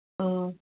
ꯎꯝ